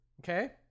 Okay